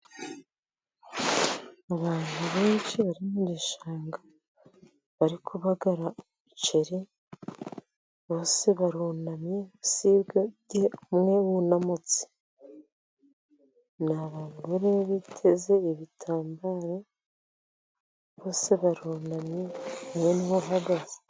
Abantu benshi bari mu gishanga bari kubagara umuceri, bose barunamye usibye umwe wunamutse, ni abagore biteze ibitambaro, bose barunamye umwe ni we uhagaze.